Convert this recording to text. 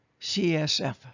CSF